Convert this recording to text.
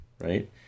right